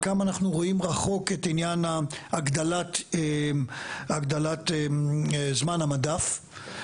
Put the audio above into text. כמה אנחנו רואים רחוק את עניין הגדלת זמן המדף.